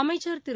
அமைச்சா் திரு